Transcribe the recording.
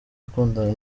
akundana